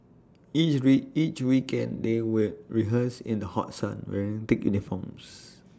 each ray each weekend they will rehearse in the hot sun wearing thick uniforms